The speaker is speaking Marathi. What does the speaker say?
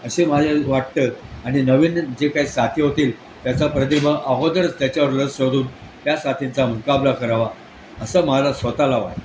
असे माझं वाटतं आणि नवीन जे काही साथी होतील त्याचा प्रतिब अगोदरच त्याच्यावर लस शोधून त्या साथींचा मुकाबला करावा असं मला स्वत ला वाट